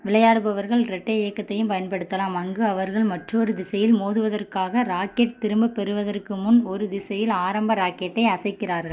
விளையாடுபவர்கள் ரெட்டை இயக்கத்தையும் பயன்படுத்தலாம் அங்கு அவர்கள் மற்றொரு திசையில் மோதுவதற்காக ராக்கெட்டை திரும்பப் பெறுவதற்கு முன் ஒரு திசையில் ஆரம்ப ராக்கெட்டை அசைக்கிறார்கள்